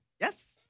Yes